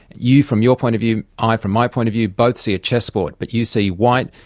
you from your point of view, i from my point of view, both see a chess board but you see white,